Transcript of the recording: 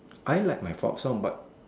I like my fort some but